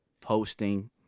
Posting